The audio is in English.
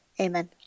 Amen